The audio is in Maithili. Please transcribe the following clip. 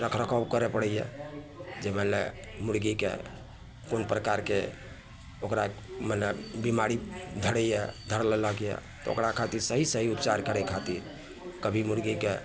रख रखाब करे पड़ैए जे मने मुर्गीके कोन प्रकारके ओकरा मने बीमारी धरैए धर लेलक यऽ तऽ ओकरा खातिर सही सही उपचार करे खातिर कभी मुर्गीके